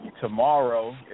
tomorrow